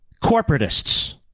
corporatists